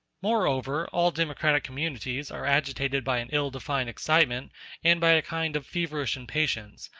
moreover, all democratic communities are agitated by an ill-defined excitement and by a kind of feverish impatience,